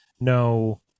no